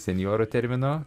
senjoro termino